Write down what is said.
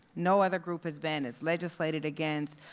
no other group has been as legislated against,